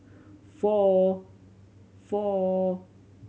four four